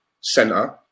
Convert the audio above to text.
center